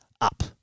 up